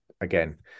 again